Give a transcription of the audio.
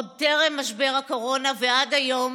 עוד טרם משבר הקורונה ועד היום